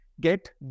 get